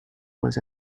was